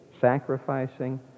sacrificing